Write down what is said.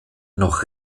noch